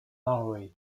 norway